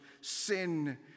Sin